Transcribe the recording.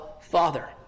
Father